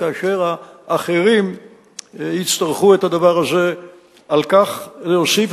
כאשר האחרים יצטרכו את הדבר הזה על כך להוסיף,